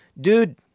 dude